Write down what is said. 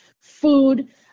food